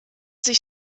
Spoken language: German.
sich